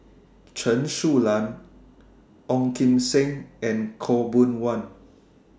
Chen Su Lan Ong Kim Seng and Khaw Boon Wan